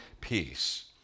peace